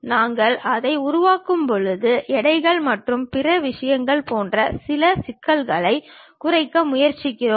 நாங்கள் அதை உருவாக்கும்போது எடைகள் மற்றும் பிற விஷயங்கள் போன்ற சில சிக்கல்களைக் குறைக்க முயற்சிக்கிறோம்